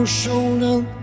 shoulder